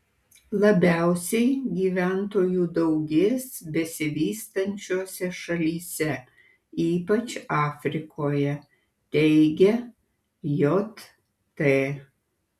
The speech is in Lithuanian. labiausiai gyventojų daugės besivystančiose šalyse ypač afrikoje teigia jt